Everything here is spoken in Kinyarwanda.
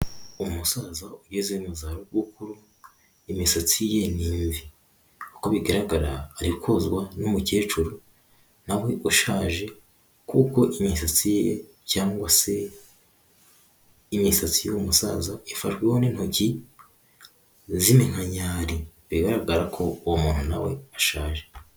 Umusaza ugeze mu zabukuru, imisatsi ye ni imvi, uko bigaragara ari kozwa n'umukecuru na we ushaje, kuko imisatsi ye cyangwa se imisatsi y'uwo musaza ifashweho n'intoki z'iminkanyari, bigaragara ko uwo muntu na we ashaje.